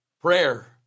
prayer